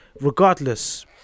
regardless